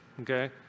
Okay